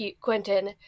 Quentin